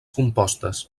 compostes